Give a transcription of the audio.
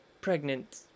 pregnant